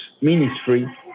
ministry